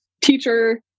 teacher